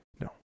No